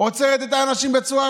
עוצרת את האנשים בצורה,